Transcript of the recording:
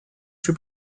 sui